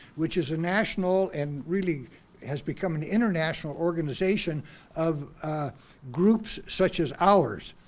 which is a national and really has become an international, organization of groups such as ours.